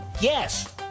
Yes